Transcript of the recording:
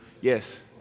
yes